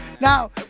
Now